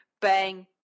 bang